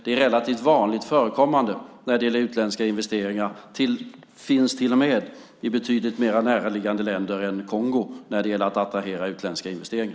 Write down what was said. Det är relativt vanligt förekommande när det gäller utländska investeringar. Det finns till och med i betydligt mer näraliggande länder än Kongo för att attrahera utländska investeringar.